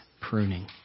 pruning